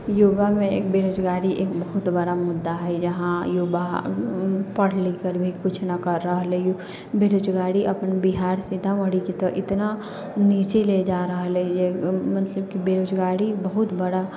युवामे एक बेरोजगारी एक बहुत बड़ा मुद्दा हइ इहाँ युवा पढ़ि लिखिकऽ भी किछु नहि करि रहलै हँ बेरोजगारी अपन बिहार सीतामढ़ीके तऽ एतना नीचे ले जा रहल हइ जे मतलब कि बेरोजगारी बहुत बड़ा